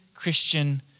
Christian